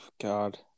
God